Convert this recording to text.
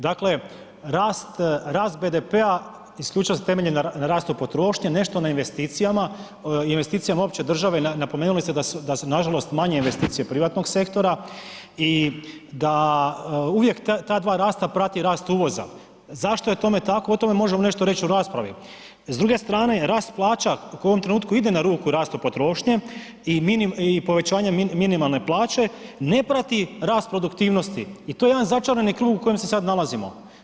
Dakle, rast, rast BDP-a isključivo se temelji na rastu potrošnje, nešto na investicijama, investicijama opće države, napomenuli ste da su nažalost manje investicije privatnog sektora i da uvijek ta dva rasta prati rast uvoza, zašto je tome tako, o tome možemo nešto reć u raspravi, s druge strane rast plaća koji u ovom trenutku ide na ruku rastu potrošnje i povećanje minimalne plaće, ne prati rast produktivnosti i to je jedan začarani krug u kojem se sad nalazimo.